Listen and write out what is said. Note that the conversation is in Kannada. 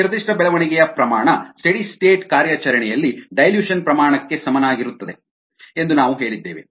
ಈ ನಿರ್ದಿಷ್ಟ ಬೆಳವಣಿಗೆಯ ರೇಟ್ ಸ್ಟೆಡಿ ಸ್ಟೇಟ್ ಕಾರ್ಯಾಚರಣೆಯಲ್ಲಿ ಡೈಲ್ಯೂಷನ್ ಪ್ರಮಾಣಕ್ಕೆ ಸಮನಾಗಿರುತ್ತದೆ ಎಂದು ನಾವು ಹೇಳಿದ್ದೇವೆ